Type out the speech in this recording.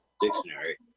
dictionary